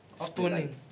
spooning